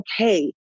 okay